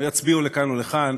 או יצביעו לכאן או לכאן,